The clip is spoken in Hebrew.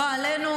לא עלינו,